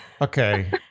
okay